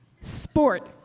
sport